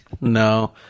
no